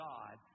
God